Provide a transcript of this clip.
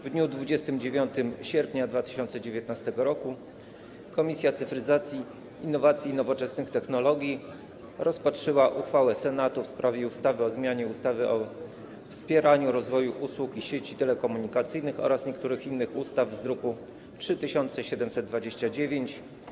W dniu 29 sierpnia 2019 r. Komisja Cyfryzacji, Innowacji i Nowoczesnych Technologii rozpatrzyła uchwałę Senatu w sprawie ustawy o zmianie ustawy o wspieraniu rozwoju usług i sieci telekomunikacyjnych oraz niektórych innych ustaw z druku nr 3729.